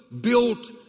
built